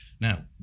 Now